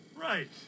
Right